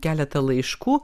keletą laiškų